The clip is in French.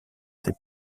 ses